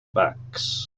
backs